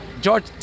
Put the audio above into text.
George